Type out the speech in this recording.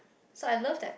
so I love that